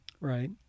right